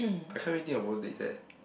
I can't really think of worst dates eh